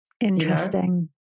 Interesting